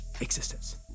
existence